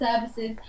services